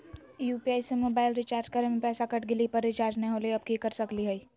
UPI से mobile recharge करे में पैसा कट गेलई, पर रिचार्ज नई होलई, अब की कर सकली हई?